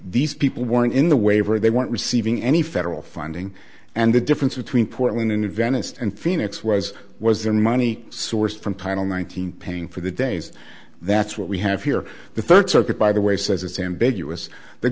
these people weren't in the waiver they weren't receiving any federal funding and the difference between portland and in venice and phoenix was was their money sourced from title nine hundred paying for the days that's what we have here the third circuit by the way says it's ambiguous the